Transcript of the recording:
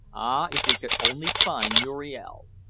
ah! if we could only find muriel!